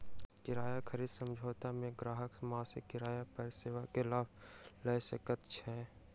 किराया खरीद समझौता मे ग्राहक मासिक किराया पर सेवा के लाभ लय सकैत छै